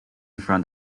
front